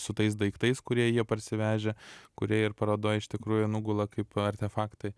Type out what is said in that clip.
su tais daiktais kurie jie parsivežę kurie ir parodoj iš tikrųjų nugula kaip artefaktai